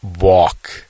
walk